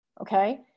okay